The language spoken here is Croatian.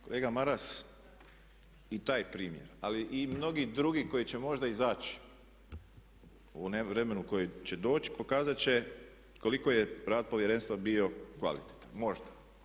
Kolega Maras i taj primjer, ali i mnogi drugi koji će možda izaći u vremenu koji će doći pokazat će koliko je rad Povjerenstva bio kvalitetan, možda.